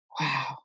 Wow